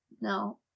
No